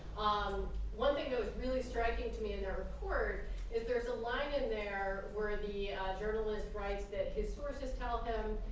um one thing that was really striking to me in their report is there's a line in there were the journalist writes that his sources tell him